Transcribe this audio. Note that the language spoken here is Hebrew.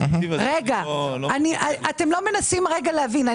רגע, אתם לא מנסים להבין.